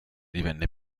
divenne